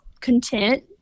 content